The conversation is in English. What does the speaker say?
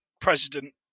president